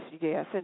Yes